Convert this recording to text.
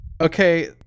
Okay